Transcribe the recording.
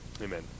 Amen